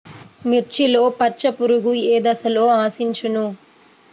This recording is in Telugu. మిర్చిలో పచ్చ పురుగు ఏ దశలో ఆశించును?